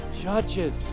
judges